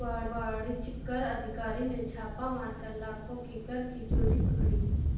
वाणिज्य कर अधिकारी ने छापा मारकर लाखों की कर की चोरी पकड़ी